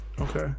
Okay